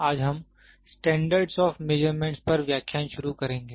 आज हम standards of measurements पर व्याख्यान शुरू करेंगे